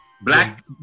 black